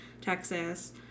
Texas